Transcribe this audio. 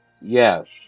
Yes